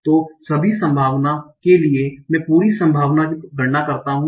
तो सभी संभावना के लिए मैं पूरी संभावना की गणना करता हूं